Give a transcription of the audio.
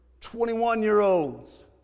21-year-olds